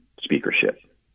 speakership